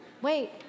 Wait